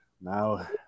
now